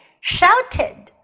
shouted